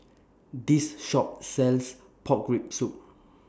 This Shop sells Pork Rib Soup